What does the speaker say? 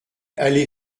allée